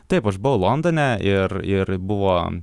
taip aš buvau londone ir ir buvo